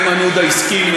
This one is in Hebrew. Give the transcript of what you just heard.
איימן עודה הסכים,